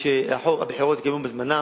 שהבחירות יתקיימו בזמנן